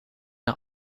een